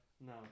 No